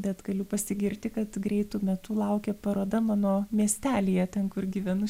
bet galiu pasigirti kad greitu metu laukia paroda mano miestelyje ten kur gyvenu